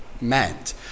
meant